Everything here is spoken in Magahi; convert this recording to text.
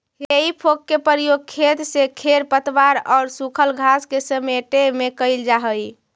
हेइ फोक के प्रयोग खेत से खेर पतवार औउर सूखल घास के समेटे में कईल जा हई